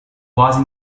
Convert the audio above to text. quasi